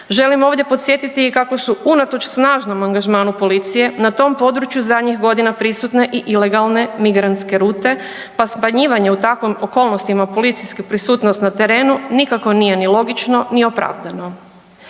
Želim ovdje podsjetiti i kako su unatoč snažnom angažmanu policije na tom području zadnjih godina prisutne i ilegalne migrantske rute pa smanjivanje u takvim okolnostima policijsku prisutnost na terenu, nikako nije ni logično ni opravdano.